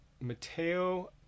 Mateo